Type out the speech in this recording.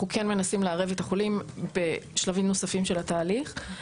אנחנו כן מנסים לערב את החולים בשלבים נוספים של התהליך.